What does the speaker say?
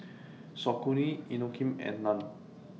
Saucony Inokim and NAN